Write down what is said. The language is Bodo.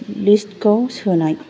लिस्ट खौ सोनाय